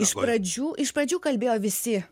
iš pradžių iš pradžių kalbėjo visi